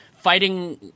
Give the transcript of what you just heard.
fighting